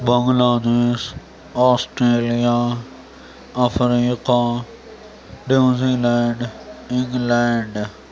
بنگلہ دیش Australia Africa New Zealand England